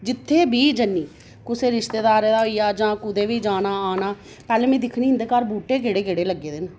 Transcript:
जित्थै बी जन्नी कुसै रिश्तेदार दे होइया जां कुदै बी जाना औना पैह्लें में दिक्खनी इंदे घर बूह्टे केह्ड़े केह्ड़े लग्गे दे न